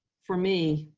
for me,